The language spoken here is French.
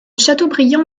châteaubriand